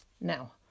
Now